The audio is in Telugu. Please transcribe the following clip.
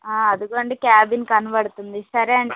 అదుగోండి క్యాబిన్ కనబడుతుంది సరే అండి